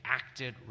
acted